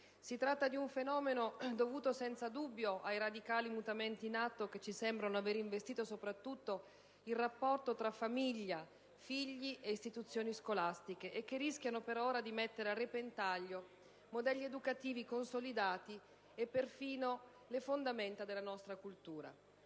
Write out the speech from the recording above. Si tratta di un fenomeno dovuto senza dubbio ai radicali mutamenti in atto, che ci sembrano aver investito soprattutto il rapporto tra famiglia, figli e istituzioni scolastiche, e che rischiano però ora di mettere a repentaglio modelli educativi consolidati e persino le fondamenta della nostra cultura.